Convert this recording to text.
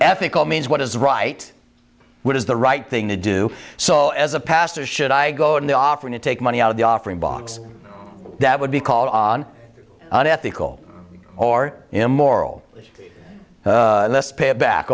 ethical means what is right what is the right thing to do so as a pastor should i go and offer to take money out of the offering box that would be called on unethical or immoral less pay back